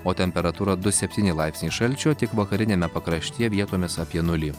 o temperatūra du septyni laipsniai šalčio tik vakariniame pakraštyje vietomis apie nulį